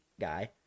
guy